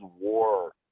war